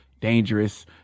dangerous